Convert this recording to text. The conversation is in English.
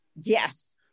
Yes